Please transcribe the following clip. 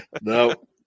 No